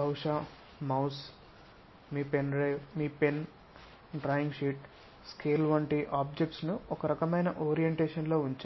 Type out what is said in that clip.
బహుశా మౌస్ బహుశా మీ పెన్ డ్రాయింగ్ షీట్ స్కేల్ వంటి రకమైన వస్తువులను ఒక రకమైన ఓరియంటేషన్ లో ఉంచండి